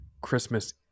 Christmas